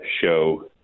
show